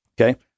Okay